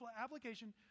application